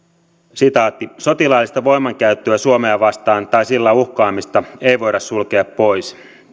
sotilaallista voimankäyttöä suomea vastaan tai sillä uhkaamista ei voida sulkea pois